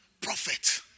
prophet